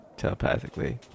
Telepathically